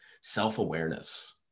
self-awareness